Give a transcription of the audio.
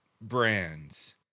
brands